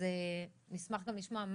אז נשמח לשמוע על